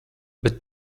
bet